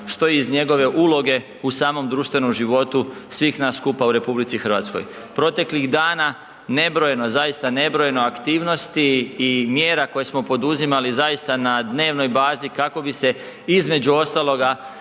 što iz njegove uloge u samom društvenom životu svih nas skupa u RH. Proteklih dana nebrojeno, zaista nebrojeno aktivnosti i mjera koje smo poduzimali zaista na dnevnoj bazi kako bi se između ostaloga